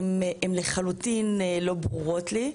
הן לחלוטין לא ברורות לי.